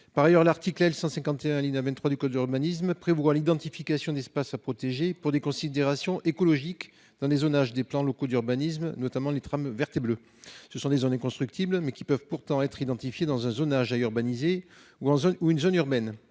artificialisées. L'article L. 151-23 du code de l'urbanisme prévoit, quant à lui, l'identification d'espaces à protéger pour des considérations écologiques dans les zonages des plans locaux d'urbanisme, notamment les trames vertes et bleues. Ce sont des zones inconstructibles, mais elles peuvent être intégrées dans un zonage à urbaniser ou une zone urbaine.